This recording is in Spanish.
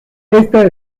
esta